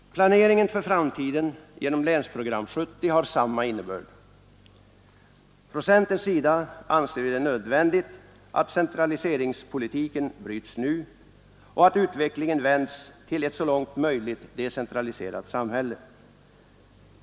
Planeringen för framtiden genom Länsprogram 70 har samma innebörd. Från centerns sida anser vi det nödvändigt att centraliseringspolitiken bryts nu och att utvecklingen vänds till ett så långt möjligt decentraliserat samhälle.